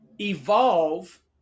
evolve